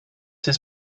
his